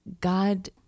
God